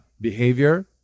behavior